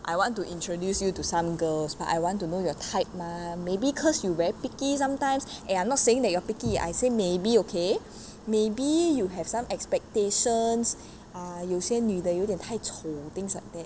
I want to introduce you to some girls but I want to know your type mah maybe cause you very picky sometimes eh I'm not saying that you are picky I say maybe okay maybe you have some expectations ah 有些女的有点太丑 things like that